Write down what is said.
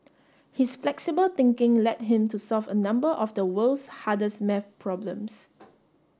his flexible thinking led him to solve a number of the world's hardest maths problems